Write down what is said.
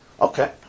Okay